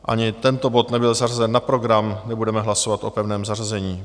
Ani tento bod nebyl zařazen na program, nebudeme hlasovat o pevném zařazení.